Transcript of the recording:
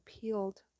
peeled